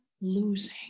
losing